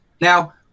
Now